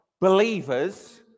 believers